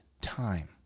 time